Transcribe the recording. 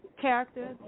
character